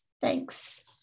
Thanks